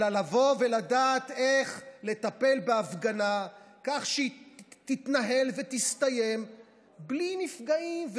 לבוא ולדעת איך לטפל בהפגנה כך שהיא תתנהל ותסתיים בלי נפגעים,